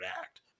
act